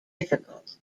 difficult